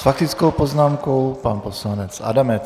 S faktickou poznámkou pan poslanec Adamec.